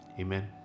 Amen